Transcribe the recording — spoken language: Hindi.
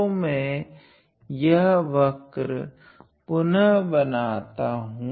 तो मैं यह वक्र पुनः बनाता हूँ